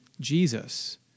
Jesus